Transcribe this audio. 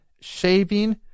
Shaving